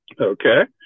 Okay